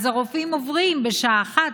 אז הרופאים עוברים בשעה 13:00,